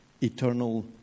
eternal